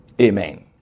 Amen